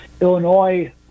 illinois